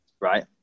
right